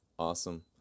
Awesome